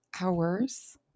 hours